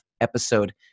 episode